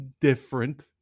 different